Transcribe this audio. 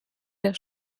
der